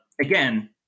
again